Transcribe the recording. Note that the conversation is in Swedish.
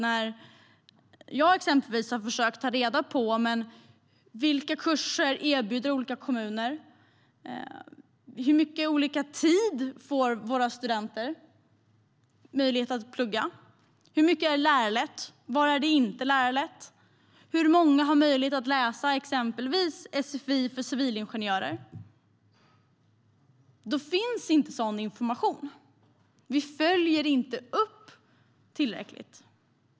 När jag exempelvis har försökt ta reda på vilka kurser olika kommuner erbjuder, hur mycket tid studenterna får möjlighet att plugga, hur mycket som är lärarlett och var det inte är lärarlett och hur många som har möjlighet att läsa sfi för civilingenjörer, då finns det inte någon sådan information. Vi följer inte upp tillräckligt.